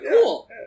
Cool